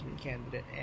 candidate